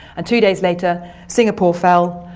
ah two days later singapore fell,